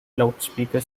loudspeaker